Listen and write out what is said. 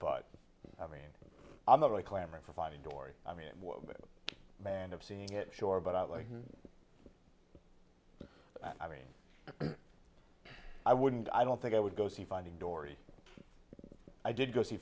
but i mean i'm not really clamoring for finding dory i mean man of seeing it sure but i like i mean i wouldn't i don't think i would go see finding dory i did go see